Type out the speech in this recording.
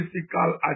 physical